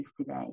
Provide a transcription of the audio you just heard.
today